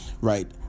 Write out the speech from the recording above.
right